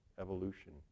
evolution